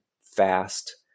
fast